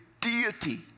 deity